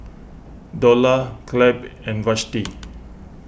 Dorla Clabe and Vashti